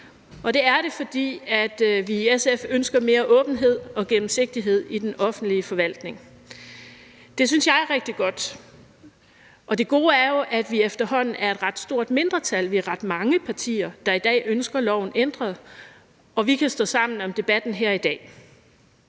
Det er det, fordi vi i SF ønsker mere åbenhed og gennemsigtighed i den offentlige forvaltning. Det synes jeg er rigtig godt, og det gode er jo, at vi efterhånden er et ret stort mindretal – vi er ret mange partier, der i dag ønsker loven ændret – som kan stå sammen om debatten her i dag.